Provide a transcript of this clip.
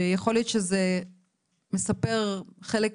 ויכול להיות שזה מספר חלק